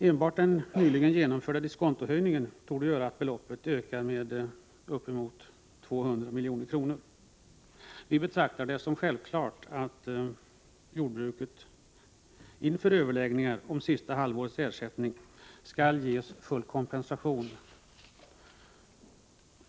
Enbart den nyligen genomförda diskontohöjningen torde göra att beloppet ökar med uppemot 200 milj.kr. Vi betraktar det som självklart att jordbruket inför överläggningarna om sista halvårets ersättning skall ges full kompensation.